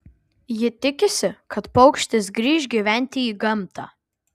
ji tikisi kad paukštis grįš gyventi į gamtą